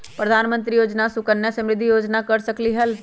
प्रधानमंत्री योजना सुकन्या समृद्धि योजना कर सकलीहल?